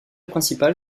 principale